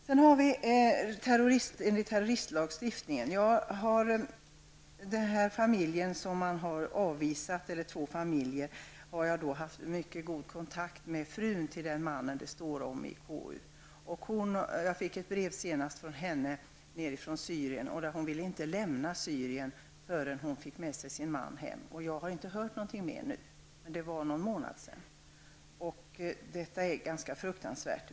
Beträffande terroristlagstiftningen vill jag nämna de två familjer som har avvisats. Jag har haft mycket god kontakt med frun till den mannen som det står om i betänkandet. Jag fick ett brev från henne i Syrien där hon skrev att hon inte ville lämna Syrien förrän hon fick med sig sin man hem. Detta var för en månad sedan, och jag har inte hört något sedan dess. Detta är fruktansvärt.